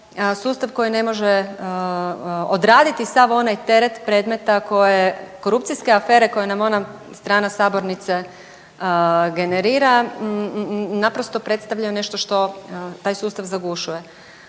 sustav koji ne može sav onaj teret predmeta koje korupcijske afere koje nam ona stana sabornice generira. Naprosto predstavlja nešto što taj sustav zagušuje.